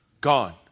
Gone